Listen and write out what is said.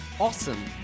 Awesome